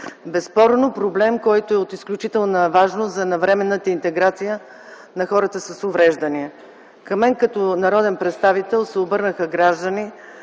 безспорно е проблем с изключителна важност за навременната интеграция на хората с увреждания. Към мен като народен представител се обърнаха граждани,